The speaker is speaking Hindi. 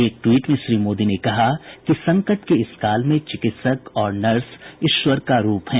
एक ट्वीट में श्री मोदी ने कहा कि संकट के इस काल में चिकित्सक और नर्स ईश्वर का रूप हैं